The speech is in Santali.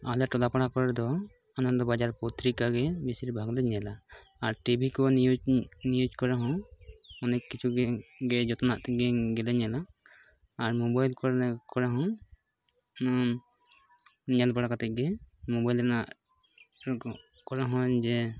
ᱟᱞᱮ ᱴᱚᱞᱟ ᱯᱟᱲᱟ ᱠᱚᱨᱮᱫᱚ ᱟᱱᱚᱱᱫᱚ ᱵᱟᱡᱟᱨ ᱯᱚᱛᱨᱤᱠᱟ ᱜᱮ ᱵᱮᱥᱤᱨᱵᱷᱜᱽ ᱞᱮ ᱧᱮᱞᱟ ᱟᱨ ᱴᱤᱵᱷᱤ ᱠᱚ ᱱᱤᱭᱩᱡᱽ ᱱᱤᱭᱩᱡᱽ ᱠᱚᱨᱮ ᱦᱚᱸ ᱚᱱᱮᱠ ᱠᱤᱪᱷᱩᱜᱮ ᱜᱮ ᱡᱚᱛᱚᱱᱟᱜ ᱛᱮᱜᱮ ᱜᱮᱞᱮ ᱧᱮᱞᱟ ᱟᱨ ᱢᱚᱵᱟᱭᱤᱞ ᱠᱚᱨᱮ ᱠᱚᱨᱮ ᱦᱚᱸ ᱧᱮᱞ ᱵᱟᱲᱟ ᱠᱟᱛᱮᱫ ᱜᱮ ᱢᱚᱵᱟᱭᱤᱞ ᱨᱮᱱᱟᱜ ᱠᱚᱨᱮ ᱦᱚᱸ ᱡᱮ